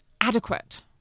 adequate